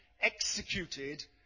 executed